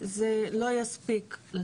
לא יספיקו.